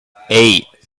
eight